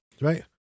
right